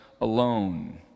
alone